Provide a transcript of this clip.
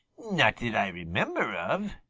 not that i remember of,